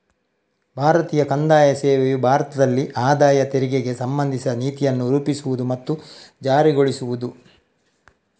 ಭಾರತೀಯ ಕಂದಾಯ ಸೇವೆಯು ಭಾರತದಲ್ಲಿ ಆದಾಯ ತೆರಿಗೆಗೆ ಸಂಬಂಧಿಸಿದ ನೀತಿಯನ್ನು ರೂಪಿಸುವುದು ಮತ್ತು ಜಾರಿಗೊಳಿಸುವುದು